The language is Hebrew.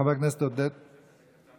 חבר הכנסת עודד פורר.